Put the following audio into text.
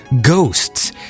Ghosts